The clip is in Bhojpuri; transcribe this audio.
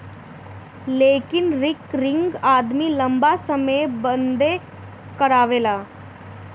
लेकिन रिकरिंग आदमी लंबा समय बदे करावेला